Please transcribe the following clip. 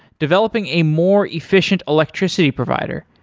developing a more efficient electricity provider,